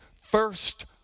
first